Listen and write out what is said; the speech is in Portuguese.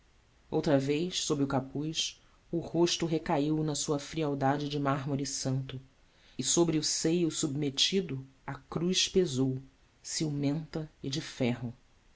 outra vez sob o capuz o rosto recaiu na sua frialdade de mármore santo e sobre o seio submetido a cruz pesou ciumenta e de ferro